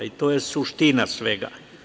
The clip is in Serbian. I to je suština svega.